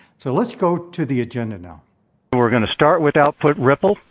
so, let's go to the agenda now but we're going to start with output ripple.